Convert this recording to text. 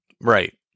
Right